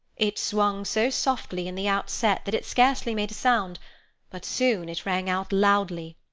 it swung so softly in the outset that it scarcely made a sound but soon it rang out loudly,